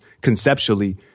conceptually